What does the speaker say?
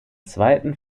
zweiten